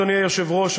אדוני היושב-ראש,